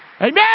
Amen